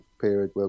period